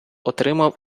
отримав